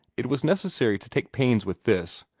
it was necessary to take pains with this,